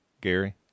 Gary